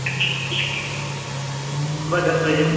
صبح دس بجے سے